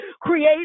Create